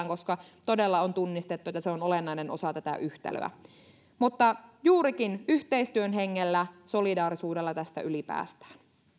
koska todella on tunnistettu että se on olennainen osa tätä yhtälöä juurikin yhteistyön hengellä solidaarisuudella tästä yli päästään